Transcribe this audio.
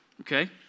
okay